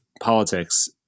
politics